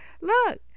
look